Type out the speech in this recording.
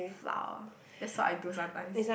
flour that's what I do sometimes